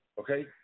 Okay